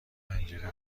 پنجره